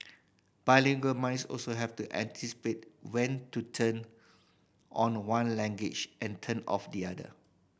bilingual minds also have to anticipate when to turn on one language and turn off the other